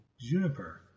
Juniper